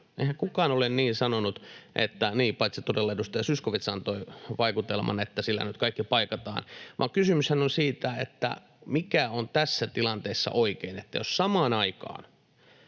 Zyskowicz!] — niin, paitsi todella edustaja Zyskowicz antoi vaikutelman, että sillä nyt kaikki paikataan — vaan kysymyshän on siitä, mikä on tässä tilanteessa oikein. Jos samaan aikaan